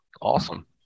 awesome